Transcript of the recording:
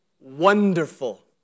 wonderful